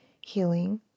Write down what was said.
healing